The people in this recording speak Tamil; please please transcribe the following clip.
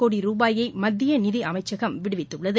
கோடி ரூபாயை மத்திய நிதி அமைச்சகம் விடுவித்துள்ளது